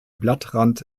blattrand